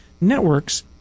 networks